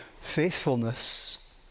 faithfulness